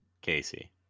Casey